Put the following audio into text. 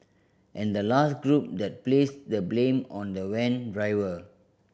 and the last group that placed the blame on the van driver